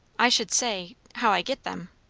i should say how i get them.